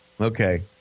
Okay